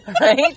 right